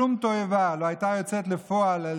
שום תועבה לא הייתה יוצאת לפועל על